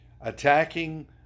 attacking